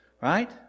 right